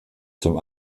zum